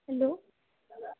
hello